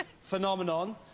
phenomenon